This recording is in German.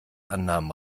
annahmen